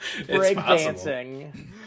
breakdancing